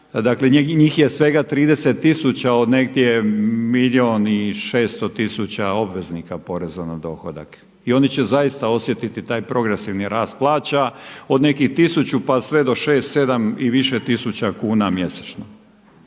njih je svega 30 tisuća od negdje milijun 600 tisuća obveznika poreza na dohodak i oni će zaista osjetiti taj progresivni rast plaća od nekih tisuću pa sve do šest, sedam i više tisuća kuna mjesečno.